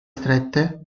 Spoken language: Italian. strette